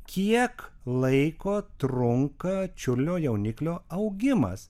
kiek laiko trunka čiurlionio jauniklio augimas